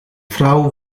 vrouw